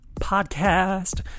Podcast